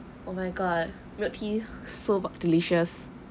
oh my god milk tea so delicious